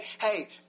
hey